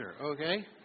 okay